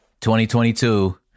2022